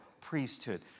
priesthood